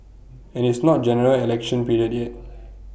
and it's not General Election period yet